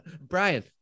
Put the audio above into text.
brian